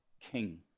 king